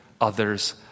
others